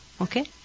Okay